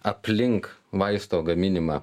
aplink maisto gaminimą